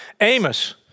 Amos